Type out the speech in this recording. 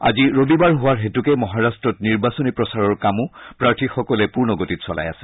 আজি ৰবিবাৰ হোৱাৰ হেতুকে মহাৰাট্টত নিৰ্বাচনী প্ৰচাৰৰ কাম প্ৰাৰ্থীসকলে পূৰ্ণ গতিত চলাই আছে